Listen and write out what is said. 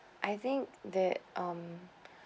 I think that um